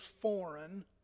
foreign